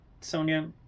Sonia